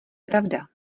pravda